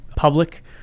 public